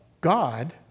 God